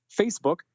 Facebook